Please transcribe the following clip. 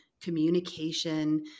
communication